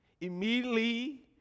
immediately